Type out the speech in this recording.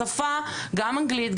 השפה גם אנגלית,